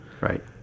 right